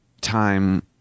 time